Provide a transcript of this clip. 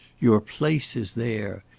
your place is there.